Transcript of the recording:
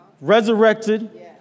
resurrected